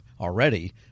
already